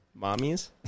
Mommies